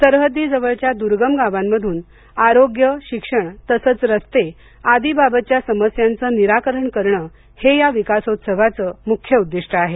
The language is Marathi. सरहद्दी जवळच्या द्र्गम गावांमधून आरोग्य शिक्षण तसंच रस्ते आदी बाबतच्या समस्यांचं निराकरण करणे हे या विकासोत्सावाचं मुख्य उद्दिष्ट आहे